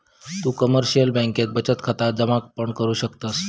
तु कमर्शिअल बँकेत बचत खाता जमा पण करु शकतस